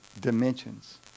dimensions